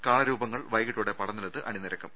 കാളരൂപങ്ങൾ വൈകിട്ടോടെ പടനിലത്ത് അണിനിരക്കും